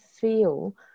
feel